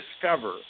discover